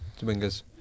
wingers